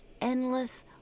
endless